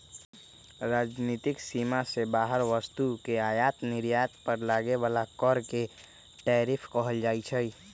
राजनीतिक सीमा से बाहर वस्तु के आयात निर्यात पर लगे बला कर के टैरिफ कहल जाइ छइ